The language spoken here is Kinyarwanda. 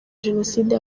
jenoside